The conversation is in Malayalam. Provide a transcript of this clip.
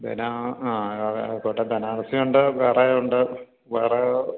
ബനാ ആ ആ ആയിക്കോട്ടെ ബനാറസിയുണ്ട് വേറെ ഉണ്ട് വേറെ